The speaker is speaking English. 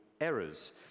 errors